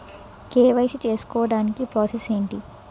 KYC చేసుకోవటానికి process ఏంటి?